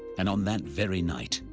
and on that very night,